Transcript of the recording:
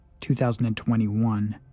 2021